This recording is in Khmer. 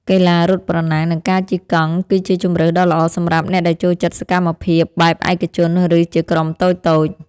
កីឡារត់ប្រណាំងនិងការជិះកង់គឺជាជម្រើសដ៏ល្អសម្រាប់អ្នកដែលចូលចិត្តសកម្មភាពបែបឯកជនឬជាក្រុមតូចៗ។